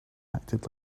acted